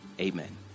Amen